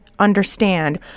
Understand